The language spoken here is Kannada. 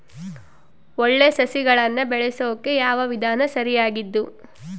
ಒಳ್ಳೆ ಸಸಿಗಳನ್ನು ಬೆಳೆಸೊಕೆ ಯಾವ ವಿಧಾನ ಸರಿಯಾಗಿದ್ದು?